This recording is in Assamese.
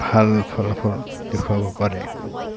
ভাল ফলাফল দেখুৱাব পাৰে